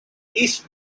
east